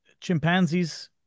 chimpanzees